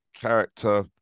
character